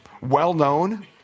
well-known